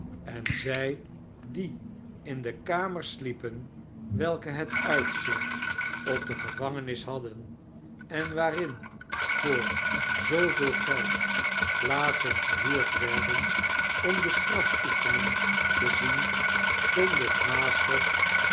en zij die in kamers sliepen welke het uitzicht op de gevangenis hadden en waarin voor zooveel geld plaatsen verhuurd werden om de strafoefening te zien stonden haastig